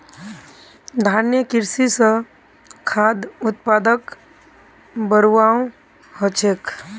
धारणिये कृषि स खाद्य उत्पादकक बढ़ववाओ ह छेक